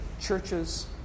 churches